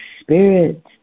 Spirit